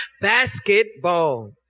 basketball